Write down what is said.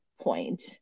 point